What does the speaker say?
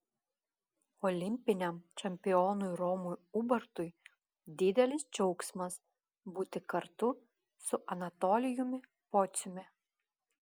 olimpiniam čempionui romui ubartui didelis džiaugsmas būti kartu su anatolijumi pociumi